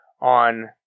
on